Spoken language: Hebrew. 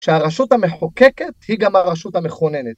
שהרשות המחוקקת היא גם הרשות המכוננת.